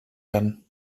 werden